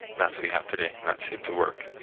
that's what you have today and that seemed to work.